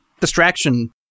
distraction